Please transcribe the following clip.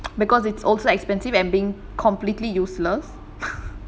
because it's also expensive and being completely useless